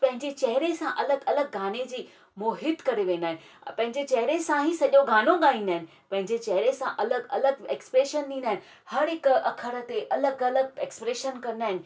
पंहिंजे चहिरे सां अलॻि अलॻि गाने जी मोहित करे वेंदा आहिनि पंहिंजे चहिरे सां ई सॼो गानो ॻाईंदा आहिनि पंहिंजे चहिरे सां अलॻि अलॻि ऐक्सप्रेशन ॾींदा आहिनि हर हिकु अखर ते अलॻि अलॻि ऐक्सप्रेशन कंदा आहिनि